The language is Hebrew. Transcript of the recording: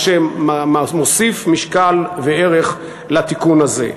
מה שמוסיף משקל וערך לתיקון הזה.